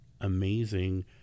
amazing